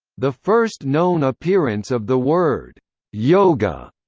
the first known appearance of the word yoga,